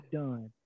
done